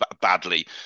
badly